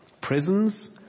Prisons